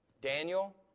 Daniel